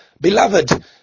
Beloved